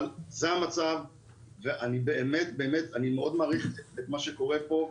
אבל זה המצב ואני באמת מאוד מאוד מעריך את מה שקורה פה.